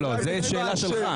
זאת שאלה שלך.